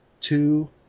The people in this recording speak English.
two